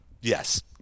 yes